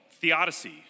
theodicy